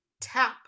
tap